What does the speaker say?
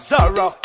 Zara